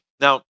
Now